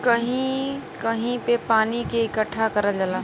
कहीं कहीं पे पानी के इकट्ठा करल जाला